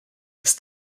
ist